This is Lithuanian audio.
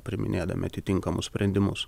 priiminėdami atitinkamus sprendimus